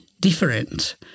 different